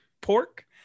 pork